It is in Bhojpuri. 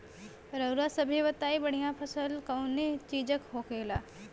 रउआ सभे बताई बढ़ियां फसल कवने चीज़क होखेला?